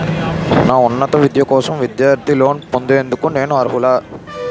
నా ఉన్నత విద్య కోసం విద్యార్థి లోన్ పొందేందుకు నేను అర్హులా?